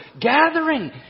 gathering